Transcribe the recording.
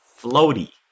floaty